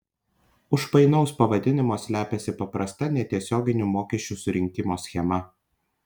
už painaus pavadinimo slepiasi paprasta netiesioginių mokesčių surinkimo schema